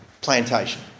plantation